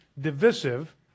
divisive